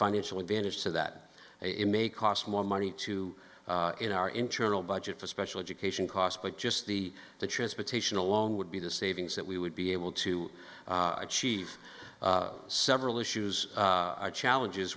financial advantage so that it may cost more money too in our internal budget for special education costs but just the the transportation alone would be the savings that we would be able to achieve several issues challenges